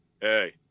hey